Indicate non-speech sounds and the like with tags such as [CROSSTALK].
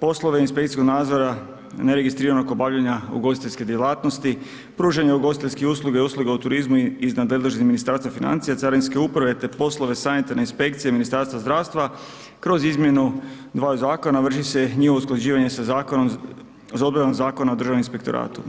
poslove inspekcijskog nadzora, neregistriranog obavljanja ugostiteljske djelatnosti, pružanja ugostiteljskih usluga i usluga u turizmu iz nadležnosti Ministarstva financija, carinske uprave te poslove sanitarne inspekcije Ministarstva zdravstva, kroz izmjenu dvaju zakona, vrši se njihovo usklađivanje sa ... [UNINTELLIGIBLE] Zakona o Državnom inspektoratu.